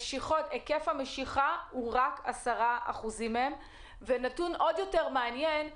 היקף המשיכה מהם הוא רק 10%. ונתון עוד יותר מעניין הוא